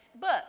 book